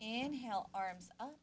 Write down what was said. and help arms up